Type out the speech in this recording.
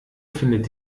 findet